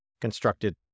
constructed